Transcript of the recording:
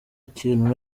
kintu